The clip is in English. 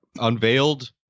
unveiled